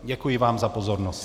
Děkuji vám za pozornost.